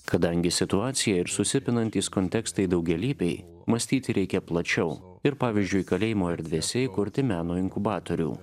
kadangi situacija ir susipinantys kontekstai daugialypiai mąstyti reikia plačiau ir pavyzdžiui kalėjimo erdvėse įkurti meno inkubatorių